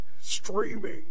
streaming